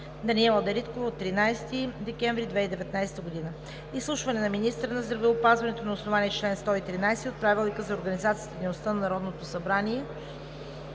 Даниела Дариткова – 13 декември 2019 г. 6. Изслушване на министъра на здравеопазването на основание чл. 113 от Правилника за организацията и дейността на Народното събрание,